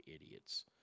idiots